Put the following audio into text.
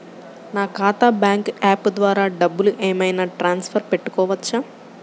నా ఖాతా bank app ద్వారా డబ్బులు ఏమైనా ట్రాన్స్ఫర్ పెట్టుకోవచ్చా?